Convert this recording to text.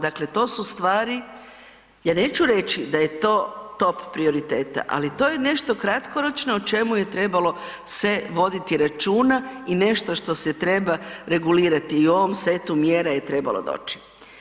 Dakle, to su stvari, ja neću reći da je to top prioriteta, ali to je nešto kratkoročno o čemu je trebalo se voditi računa i nešto što se treba regulirati i u ovom setu mjeru je trebalo doći.